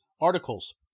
articles